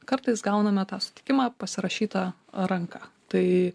kartais gauname tą sutikimą pasirašytą ranka tai